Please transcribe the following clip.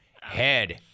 Head